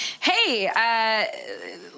hey